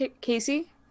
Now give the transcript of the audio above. Casey